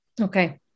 Okay